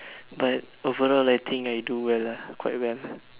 but overall I think I do well lah quite well